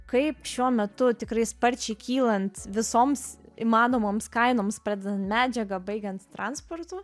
kaip šiuo metu tikrai sparčiai kylant visoms įmanomoms kainoms pradedant medžiaga baigiant transportu